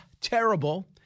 terrible